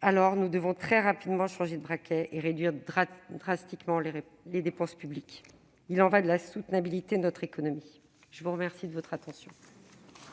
alors nous devons très rapidement changer de braquet et réduire drastiquement les dépenses publiques. Il y va de la soutenabilité de notre économie. La parole est à Mme